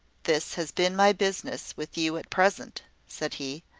this has been my business with you at present, said he.